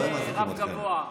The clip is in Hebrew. ולא הם מחזיקים אתכם.